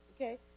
okay